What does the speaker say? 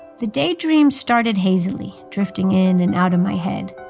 the daydreams started hazily, drifting in and out of my head.